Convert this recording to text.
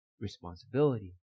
responsibility